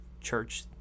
church